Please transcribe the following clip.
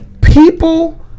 people